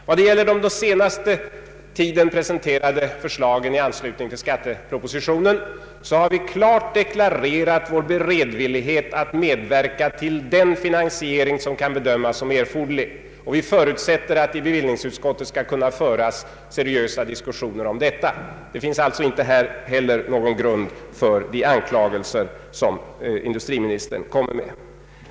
Vad gäller de förslag som vi under senaste tiden presenterat i anslutning till skattepropositionen har vi klart deklarerat vår beredvillighet att medverka till den finansiering som kan bedömas som erforderlig. Vi förutsätter att i bevillningsutskottet skall kunna föras seriösa diskussioner om detta. Det finns alltså inte heller här någon grund för industriministerns anklagelser.